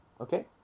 Okay